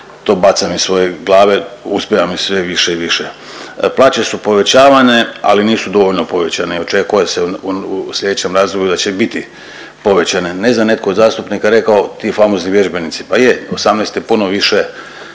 to bacam iz svoje glave, uspijeva mi sve više i više. Plaće su povećavane, ali nisu dovoljno povećane i očekuje se u slijedećem razdoblju da će biti povećane. Ne znam netko je od zastupnika rekao ti famozni vježbenici, pa je 18 je puno više